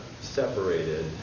separated